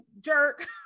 jerk